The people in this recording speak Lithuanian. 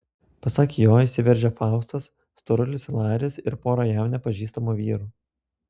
pasak jo įsiveržė faustas storulis laris ir pora jam nepažįstamų vyrų